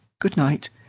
good-night